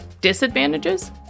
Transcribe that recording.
disadvantages